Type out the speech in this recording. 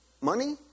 Money